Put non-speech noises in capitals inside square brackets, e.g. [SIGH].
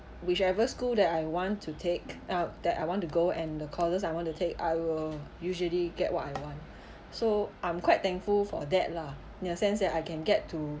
whichever school that I want to take ah that I want to go and the courses I want to take I will usually get what I want [BREATH] so I'm quite thankful for that lah in the sense that I can get to